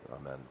Amen